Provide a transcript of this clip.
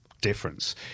difference